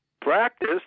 practice